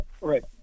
Right